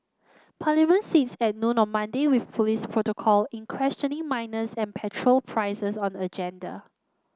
Parliament sits at noon on Monday with police protocol in questioning minors and petrol prices on the agenda